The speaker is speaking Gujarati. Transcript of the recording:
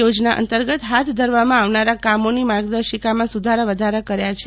યોજના અંતર્ગત હાથ ધરવામાં આવનારા કામોની માર્ગદર્શિકામાં સુધારા વધારા કર્યા છે